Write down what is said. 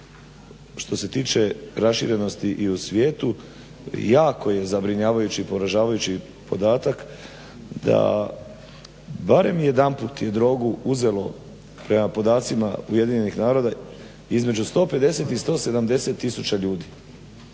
što se tiče raširenosti u svijetu jako je zabrinjavajući i poražavajući podatak da barem jedanput je drogu uzelo prema podacima Ujedinjenih naroda između 150 i 170 tisuća ljudi.